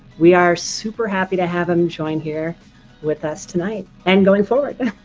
we are super happy to have him join here with us tonight and going forward.